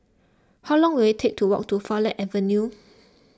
how long will it take to walk to Farleigh Avenue